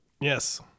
Yes